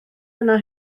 yna